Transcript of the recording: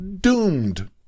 doomed